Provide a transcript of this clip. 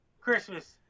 Christmas